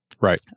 Right